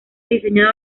diseñado